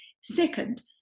Second